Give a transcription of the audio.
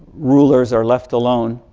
rulers are left alone,